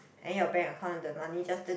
then your bank account the money just